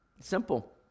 simple